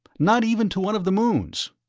not even to one of the moons!